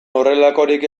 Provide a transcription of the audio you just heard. horrelakorik